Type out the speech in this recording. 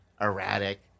erratic